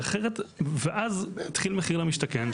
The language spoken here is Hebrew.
ואז התחיל מחיר למשתכן,